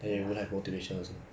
ya